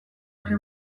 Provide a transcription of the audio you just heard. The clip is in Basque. horri